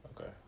Okay